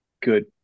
good